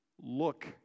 look